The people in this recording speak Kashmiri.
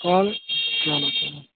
کال اسَلام علیکُم